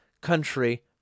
country